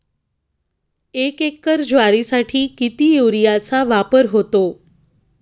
एक एकर ज्वारीसाठी किती युरियाचा वापर होतो?